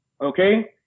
Okay